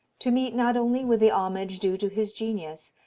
to meet not only with the homage due to his genius,